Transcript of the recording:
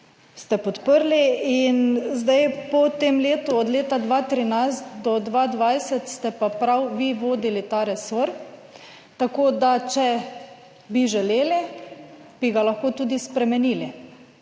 Ste podprli in zdaj po tem letu od leta 2013 do 2020 ste pa prav vi vodili ta resor, tako da če bi želeli, bi ga lahko tudi spremenili,